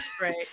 Right